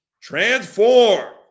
transform